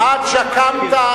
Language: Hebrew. עד שקמת,